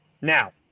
Now